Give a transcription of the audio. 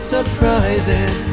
Surprises